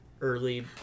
early